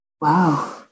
Wow